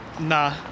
Nah